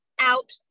out